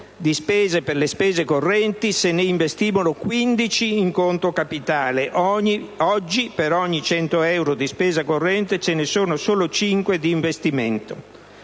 per le spese correnti, se ne investivano 15 in conto capitale. Oggi, per ogni 100 euro di spesa corrente, ce ne sono solo 5 di investimenti,